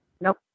Nope